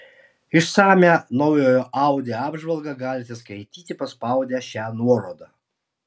išsamią naujojo audi apžvalgą galite skaityti paspaudę šią nuorodą